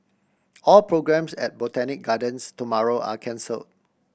all programmes at Botanic Gardens tomorrow are cancel